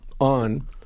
on